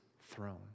throne